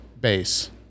base